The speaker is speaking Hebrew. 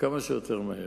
כמה שיותר מהר.